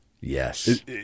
Yes